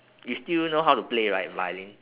you still know how to play right violin